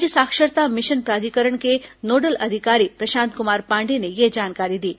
राज्य साक्षरता मिशन प्राधिकरण के नोडल अधिकारी प्रशांत कुमार पाण्डेय ने यह जानकारी दी है